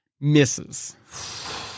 misses